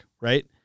right